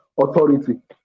authority